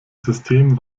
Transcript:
system